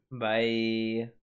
Bye